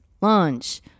lunch